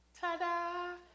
ta-da